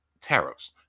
Tariffs